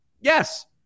yes